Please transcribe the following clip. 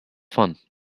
fun